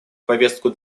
повестку